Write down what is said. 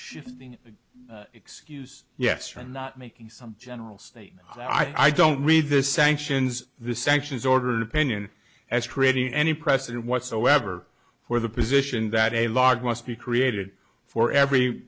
shifting excuse yes i'm not making some general statement i don't read the sanctions the sanctions ordered opinion as creating any precedent whatsoever for the position that a large must be created for every